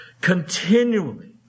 Continually